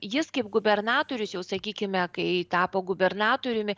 jis kaip gubernatorius jau sakykime kai tapo gubernatoriumi